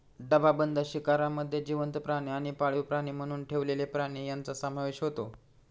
डबाबंद शिकारमध्ये जिवंत प्राणी आणि पाळीव प्राणी म्हणून ठेवलेले प्राणी यांचा समावेश होतो